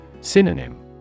Synonym